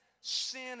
sin